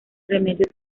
remedios